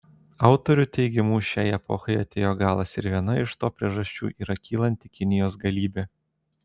autorių teigimu šiai epochai atėjo galas ir viena iš to priežasčių yra kylanti kinijos galybė